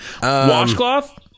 Washcloth